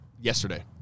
Yesterday